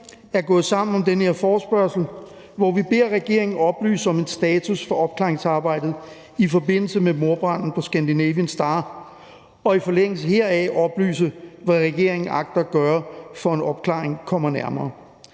er gået sammen om den her forespørgsel, hvor vi beder regeringen oplyse om en status for opklaringsarbejdet i forbindelse med mordbranden på »Scandinavian Star« og i forlængelse heraf oplyse, hvad regeringen agter at gøre, for at en opklaring kommer nærmere.